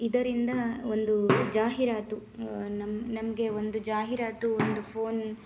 ಇದರಿಂದ ಒಂದು ಜಾಹೀರಾತು ನಮ್ ನಮಗೆ ಒಂದು ಜಾಹೀರಾತು ಒಂದು ಫೋನ್